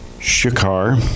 shikar